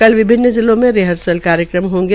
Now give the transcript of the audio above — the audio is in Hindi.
कल विभिन्न जिलों में रिइर्सल कार्यक्रम होंगे